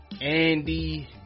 Andy